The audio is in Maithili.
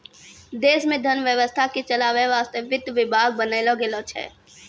देश मे धन व्यवस्था के चलावै वासतै वित्त विभाग बनैलो गेलो छै